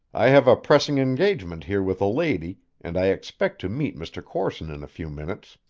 i have a pressing engagement here with a lady, and i expect to meet mr. corson in a few minutes.